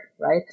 Right